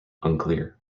unclear